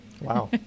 Wow